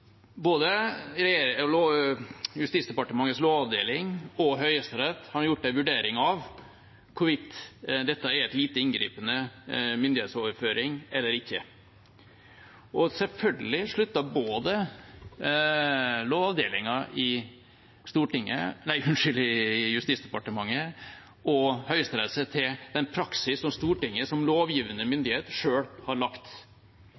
Både Justisdepartementets lovavdeling og Høyesterett har gjort en vurdering av hvorvidt dette er en lite inngripende myndighetsoverføring eller ikke. Selvfølgelig sluttet både Lovavdelingen i Justisdepartementet og Høyesterett seg til den praksis som Stortinget som lovgivende myndighet selv har lagt.